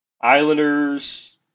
Islanders